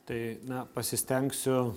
tai na pasistengsiu